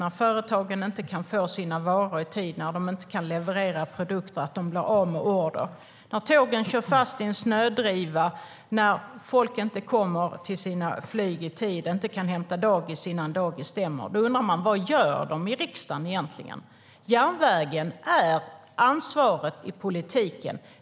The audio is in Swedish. När företagen inte kan få sina varor i tid, när de inte kan leverera produkter och blir av med order, när tågen kör fast i snödrivor, när folk inte kommer till sina flyg i tid och inte kan hämta på dagis innan det stänger, då undrar man: Vad gör de i riksdagen egentligen? Järnvägen är politikens ansvar.